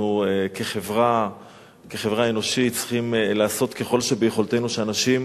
אנחנו כחברה אנושית צריכים לעשות ככל שביכולתנו שאנשים